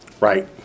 Right